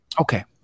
Okay